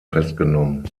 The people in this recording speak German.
festgenommen